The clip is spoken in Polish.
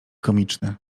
komiczny